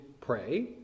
pray